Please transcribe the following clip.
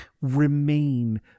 remain